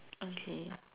okay